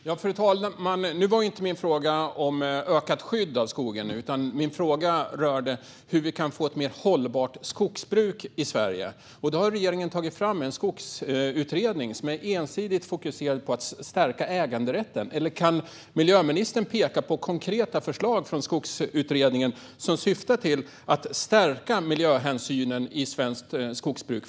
Fru talman! Nu handlade inte min fråga om ökat skydd av skogen, utan den rörde hur vi kan få ett mer hållbart skogsbruk i Sverige. Då har regeringen tagit fram en skogsutredning som är ensidigt fokuserad på att stärka äganderätten, eller kan miljöministern peka på konkreta förslag från Skogsutredningen som syftar till att stärka miljöhänsynen i svenskt skogsbruk?